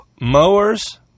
mowers